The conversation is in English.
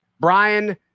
Brian